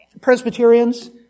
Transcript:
Presbyterians